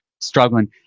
struggling